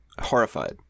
horrified